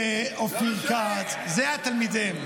זה אופיר כץ, אלה "תלמידיהם".